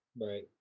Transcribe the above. Right